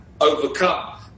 overcome